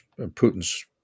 Putin's